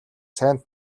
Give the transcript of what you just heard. сайн